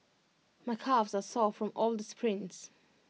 my calves are sore from all the sprints